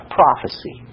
prophecy